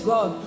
God